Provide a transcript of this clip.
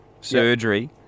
surgery